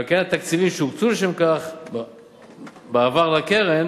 ועל כן התקציבים שהוקצו לשם כך בעבר לקרן